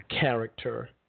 character